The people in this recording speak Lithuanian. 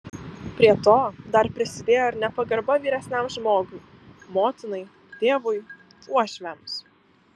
prie to dar prisidėjo ir nepagarba vyresniam žmogui motinai tėvui uošviams